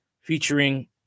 featuring